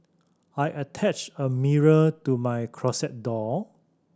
I attached a mirror to my closet door